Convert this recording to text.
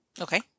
Okay